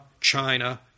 China